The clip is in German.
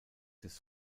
des